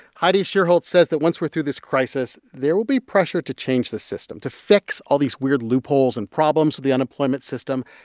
heidi shierholz says that once we're through this crisis, there will be pressure to change the system, to fix all these weird loopholes and problems with the unemployment system.